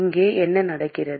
இங்கே என்ன நடக்கிறது